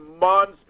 monster